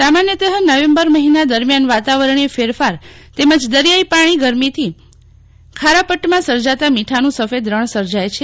સામાન્યતઃ November મહિના દરમ્યાન વાતાવરણીય ફેરફાર તેમજ દરિયાઈ પાણી ગરમીથી ખારા પટમા સર્મતા મોઠાનું સફેદ રણ સર્જાય છે